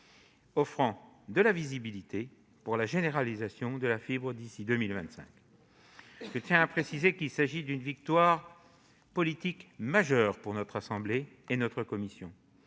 offrant de la visibilité pour la généralisation de la fibre d'ici à 2025. Il s'agit d'une victoire politique majeure pour notre assemblée et notre commission,